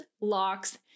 locks